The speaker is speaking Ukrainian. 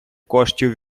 коштів